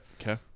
Okay